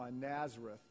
nazareth